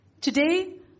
Today